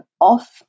off